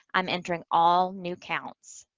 i'm entering all new counts.